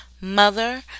mother